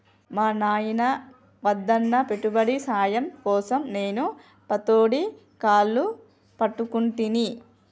మా నాయిన వద్దన్నా పెట్టుబడి సాయం కోసం నేను పతోడి కాళ్లు పట్టుకుంటిని